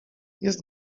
jest